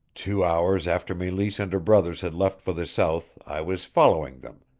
two hours after meleese and her brothers had left for the south i was following them,